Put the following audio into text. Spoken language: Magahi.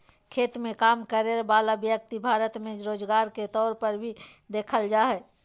खेत मे काम करय वला व्यक्ति भारत मे रोजगार के तौर पर भी देखल जा हय